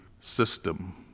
system